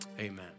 amen